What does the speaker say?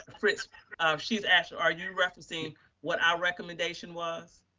like fritz she's asking, are you referencing what our recommendation was?